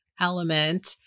element